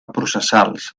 processals